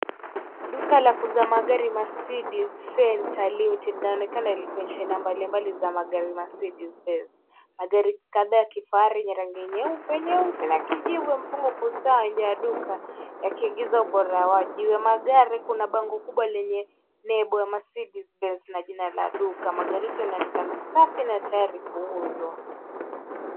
Duka la kuuza magari Mercedes Centre Limited linaonekana likionyesha aina mbalimbali za magari mercedes benz. Magari kadhaa ya kifahari yenye rangi nyeupe, nyeusi na kijivu yamepangwa kwa usawa nje ya duka yakiegeza ubora wa juu. Kwenye magari kuna bango kubwa lenye nembo ya mercedes benz na jina la duka. Magari yote yanaonekana safi na tayari kuuzwa.